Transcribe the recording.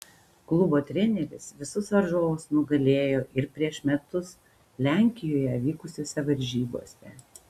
klubo treneris visus varžovus nugalėjo ir prieš metus lenkijoje vykusiose varžybose